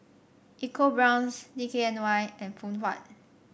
EcoBrown's D K N Y and Phoon Huat